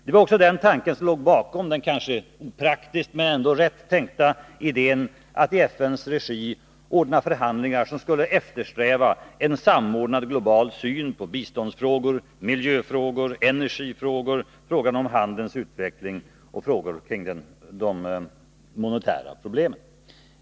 Det var också den tanken som låg bakom den kanske opraktiska men ändå rätt tänkta idén att i FN:s regi ordna förhandlingar som skulle eftersträva en samordnad global syn på biståndsfrågor, miljöfrågor, energifrågor, frågan om handelns utveckling och frågor kring de monetära problemen.